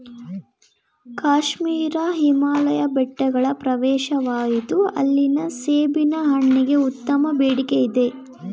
ಕಾಶ್ಮೀರ ಹಿಮಾಲಯ ಬೆಟ್ಟಗಳ ಪ್ರವೇಶವಾಗಿತ್ತು ಅಲ್ಲಿನ ಸೇಬಿನ ಹಣ್ಣಿಗೆ ಉತ್ತಮ ಬೇಡಿಕೆಯಿದೆ